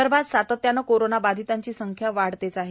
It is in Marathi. विदर्भात सातत्याने कोरोना बाधितांची संख्या वाढतेच आहे